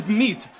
meat